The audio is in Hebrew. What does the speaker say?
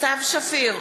סתיו שפיר,